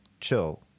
chill